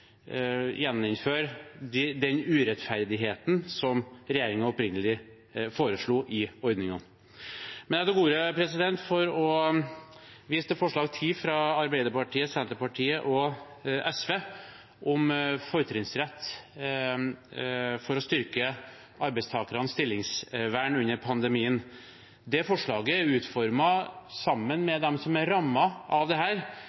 den urettferdigheten som regjeringen opprinnelig foreslo i ordningene. Jeg tok ordet for å vise til forslag nr. 10, fra Arbeiderpartiet, Senterpartiet og SV, om fortrinnsrett for å styrke arbeidstakernes stillingsvern under pandemien. Det forslaget er utformet sammen med dem som er rammet av